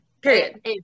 Period